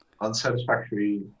unsatisfactory